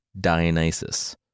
Dionysus